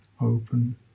open